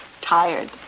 Tired